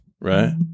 Right